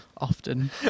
often